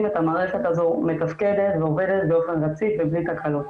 את המערכת הזו מתפקדת ועובדת באופן רציף ובלי תקלות.